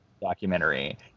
documentary